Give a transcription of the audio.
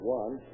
one